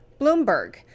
Bloomberg